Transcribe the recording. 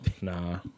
Nah